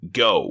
go